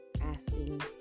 asking